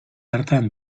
hartan